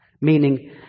meaning